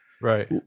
right